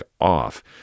off